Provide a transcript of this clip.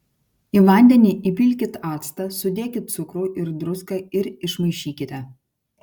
į vandenį įpilkit actą sudėkit cukrų ir druską ir išmaišykite